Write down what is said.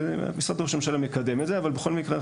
משרד ראש הממשלה מקדם את זה אבל בכל מקרה היה